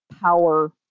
power